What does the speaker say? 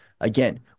again